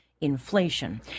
inflation